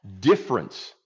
difference